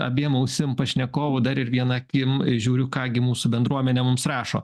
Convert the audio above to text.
abiem ausim pašnekovų dar ir viena akim žiūriu ką gi mūsų bendruomenė mums rašo